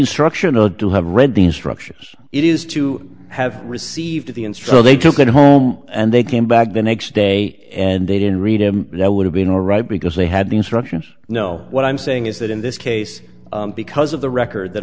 instructional to have read the instructions it is to have received the instructor they took it home and they came back the next day and they didn't read it but i would have been all right because they had the instructions know what i'm saying is that in this case because of the record that